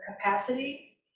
capacity